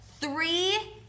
three